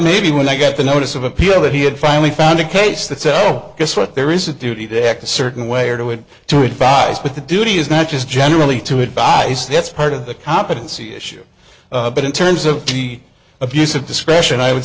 maybe when i got the notice of appeal that he had finally found a case that sell guess what there is a duty to act a certain way or do it to advise but the duty is not just generally to advice that's part of the competency issue but in terms of heat abuse of discretion i would